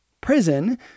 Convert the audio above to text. Prison